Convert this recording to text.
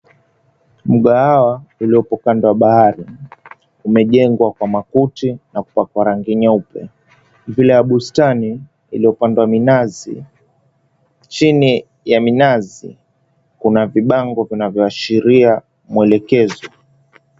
Mgahawa uliopo kando ya bahari umejengwa kwa makuti na kupakwa rangi nyeupe mbele ya bustani iliyopandwa minazi , chini ya minazi kuna vibango vinavyoashiria mwelekezo.